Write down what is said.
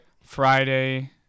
Friday